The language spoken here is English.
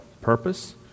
purpose